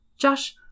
Josh